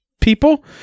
people